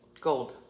Gold